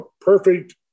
perfect